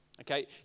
Okay